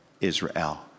Israel